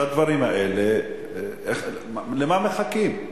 שהדברים האלה למה מחכים?